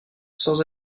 sans